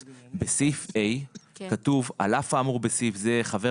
בסעיף (ה) כתוב 'על אף האמור בסעיף זה חבר